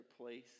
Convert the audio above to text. place